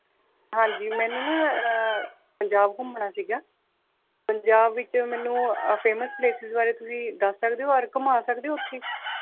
ਹਾਂਜੀ ਮੈਨੂੰ ਨਾ ਪੰਜਾਬ ਘੁੰਮਣਾ ਸੀ ਪੰਜਾਬ ਵਿੱਚ ਮੈਨੂੰ ਫੇਮਸ ਪਲੇਸਿਜ਼ ਬਾਰੇ ਤੁਸੀਂ ਦੱਸ ਸਕਦੇ ਓ ਔਰ ਘੁੰਮਾ ਸਕਦੇ ਓ ਉੱਥੇ